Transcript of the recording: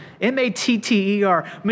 M-A-T-T-E-R